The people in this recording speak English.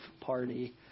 party